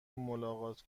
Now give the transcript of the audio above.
ملاقات